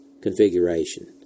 configuration